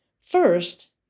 First